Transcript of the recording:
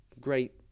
great